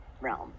realm